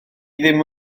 ddim